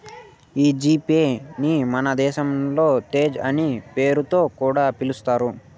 ఈ G Pay ని మన దేశంలో తేజ్ అనే పేరుతో కూడా పిలిచేవారు